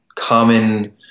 common